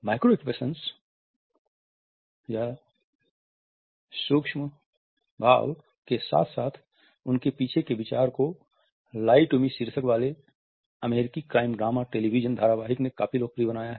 micro expression के साथ साथ उनके पीछे के विचारों को लाइ टू मी शीर्षक वाले अमेरिकी क्राइम ड्रामा टेलीविज़न धारावाहिक ने काफी लोकप्रिय बनाया है